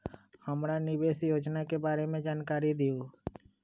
हमरा निवेस योजना के बारे में जानकारी दीउ?